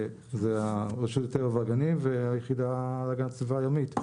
רשות הטבע והגנים והיחידה להגנת הסביבה הימית.